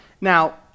Now